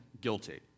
guilty